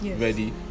ready